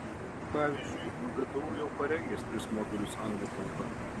pavyzdžiui vgtu jau parengęs tris modulius anglų kalba